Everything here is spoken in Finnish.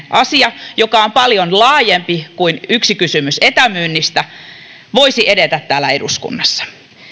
asia joka on paljon laajempi kuin yksi kysymys etämyynnistä voisi edetä täällä eduskunnassa